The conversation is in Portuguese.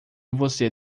você